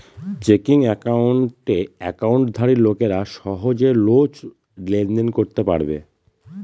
checking একাউণ্টে একাউন্টধারী লোকেরা সহজে রোজ লেনদেন করতে পারবে